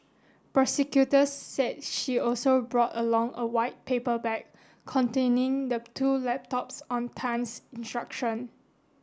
prosecutors said she also brought along a white paper bag containing the two laptops on Tan's instruction